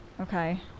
okay